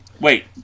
Wait